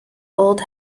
old